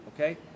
Okay